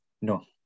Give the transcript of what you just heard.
No